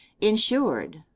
Insured